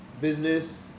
business